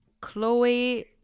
Chloe